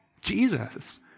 Jesus